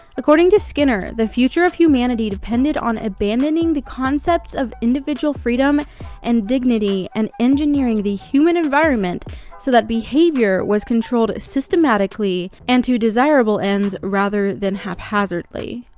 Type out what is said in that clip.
according to skinner, the future of humanity depended on abandoning the concepts of individual freedom and dignity and engineering the human environment so that behavior was controlled systematically and to desirable ends rather than haphazardly.